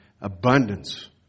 abundance